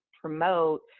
promote